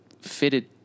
fitted –